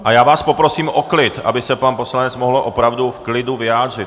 A já vás poprosím o klid, aby se pan poslanec mohl opravdu v klidu vyjádřit.